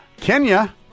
Kenya